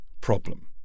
problem